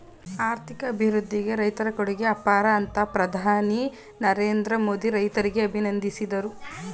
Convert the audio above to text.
ಆರ್ಥಿಕ ಅಭಿವೃದ್ಧಿಗೆ ರೈತರ ಕೊಡುಗೆ ಅಪಾರ ಅಂತ ಪ್ರಧಾನಿ ನರೇಂದ್ರ ಮೋದಿ ರೈತರಿಗೆ ಅಭಿನಂದಿಸಿದರು